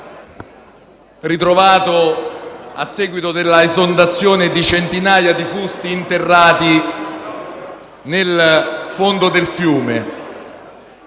ritrovato a seguito della esondazione di centinaia di fusti interrati nel fondo del fiume.